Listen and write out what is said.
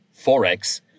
Forex